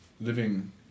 living